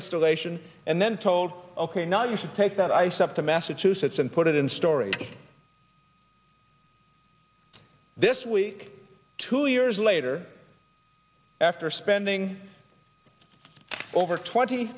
installation and then told ok now you should take that ice up to massachusetts and put it in story this week two years later after spending over twenty